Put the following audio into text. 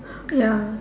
ya